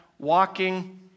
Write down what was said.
Walking